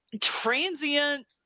transient